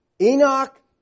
Enoch